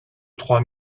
trois